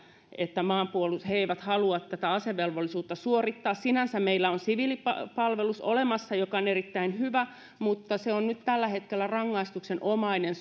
että he eivät halua tätä asevelvollisuutta suorittaa sinänsä meillä on siviilipalvelus olemassa mikä on erittäin hyvä mutta se on nyt tällä hetkellä rangaistuksenomainen